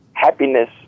Happiness